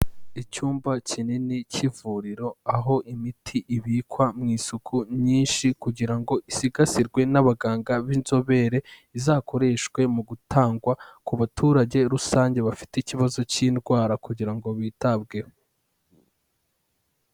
Icyumba kinini cy'ivuriro aho imiti ibikwa mu isuku nyinshi kugira ngo isigasirwe n'abaganga b'inzobere, izakoreshwe mu gutangwa ku baturage rusange bafite ikibazo cy'indwara kugira ngo bitabweho.